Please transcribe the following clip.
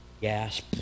Gas